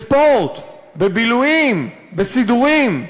בספורט, בבילויים, בסידורים.